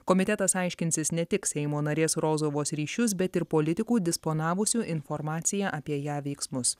komitetas aiškinsis ne tik seimo narės rozovos ryšius bet ir politikų disponavusių informacija apie ją veiksmus